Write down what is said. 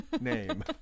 name